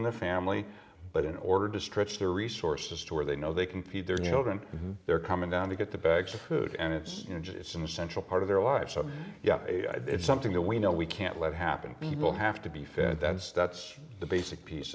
in the family but in order to stretch their resources to where they know they can feed their children and they're coming down to get the bags of food and it's just it's an essential part of their life so yeah it's something that we know we can't let happen people have to be fed that's that's the basic piece